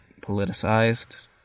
politicized